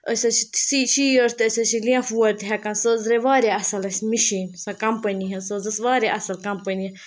أسۍ حظ چھِ سی شیٖٹ تہِ أسۍ حظ چھِ لینٛفہٕ وورِ تہِ ہیٚکان سُہ حظ درٛاے واریاہ اَصٕل اَسہِ مِشیٖن سۄ کَمپٔنی حظ سۄ حظ ٲس واریاہ اَصٕل کَمپٔنی